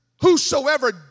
Whosoever